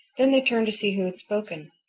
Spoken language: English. then they turned to see who had spoken.